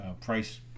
Price